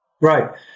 Right